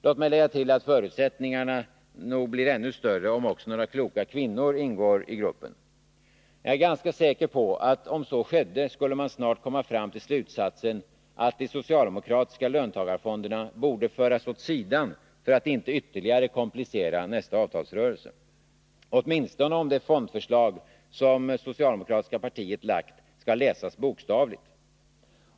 Låt mig lägga till, att förutsättningarna nog blir ännu större om också några kloka kvinnor ingår i gruppen. Jag är ganska säker på att om så skedde, skulle man snart komma fram till slutsatsen att de socialdemokratiska löntagarfonderna borde föras åt sidan för att inte ytterligare komplicera nästa avtalsrörelse — åtminstone om det fondförslag som socialdemokratiska partiet lagt fram skall läsas bokstavligt.